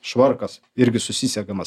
švarkas irgi susisegamas